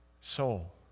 soul